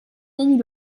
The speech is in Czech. není